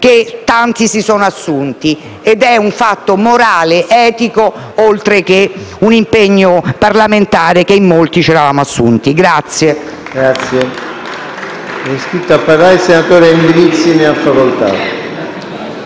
che tanti si sono assunti. È un fatto morale, etico, oltre che un impegno parlamentare che in molti ci eravamo assunti.